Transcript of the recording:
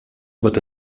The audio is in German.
wird